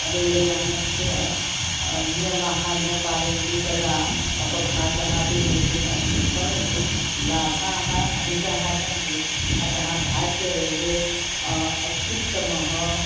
रेलयानस्य नियमाः न पालयन्ति तदा अपघातः अपि भवितुम् अर्हन्ति परन्तु लाभाः अधिकाः सन्ति अतः भारतीयरेल्वे अत्युत्तमः